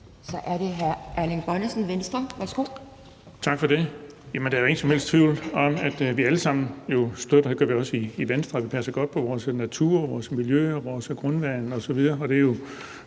Kl. 11:44 Erling Bonnesen (V): Tak for det. Der er da ingen som helst tvivl om, at vi alle sammen støtter – det gør vi også i Venstre – at vi passer godt på vores natur, vores miljø, vores grundvand osv., og det er jo